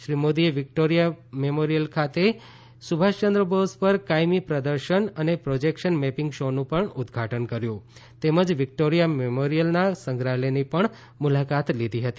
શ્રી મોદીએ Victoria Memorial ખાતે સુભાષચંદ્ર બોઝ પર કાયમી પ્રદર્શન અને પ્રોજેક્શન મેપીંગ શોનું પણ ઉદઘાટન કર્યું તેમજ વિક્ટોરિયા મેમોરિયલના સંગ્રહાલયની પણ મુલાકાત લીધી હતી